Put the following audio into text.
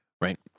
right